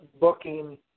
booking